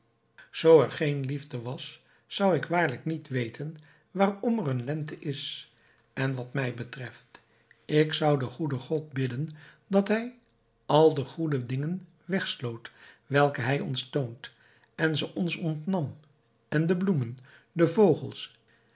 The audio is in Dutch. zoo er geen liefde was zou ik waarlijk niet weten waarom er een lente is en wat mij betreft ik zou den goeden god bidden dat hij al de goede dingen wegsloot welke hij ons toont en ze ons ontnam en de bloemen de vogels